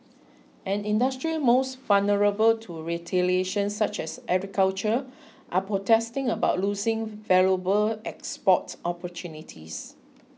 and industries most vulnerable to retaliation such as agriculture are protesting about losing valuable export opportunities